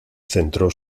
centró